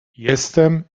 jestem